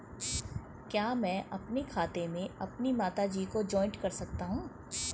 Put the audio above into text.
क्या मैं अपने खाते में अपनी माता जी को जॉइंट कर सकता हूँ?